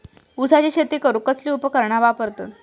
ऊसाची शेती करूक कसली उपकरणा वापरतत?